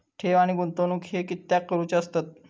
ठेव आणि गुंतवणूक हे कित्याक करुचे असतत?